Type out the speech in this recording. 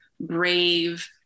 brave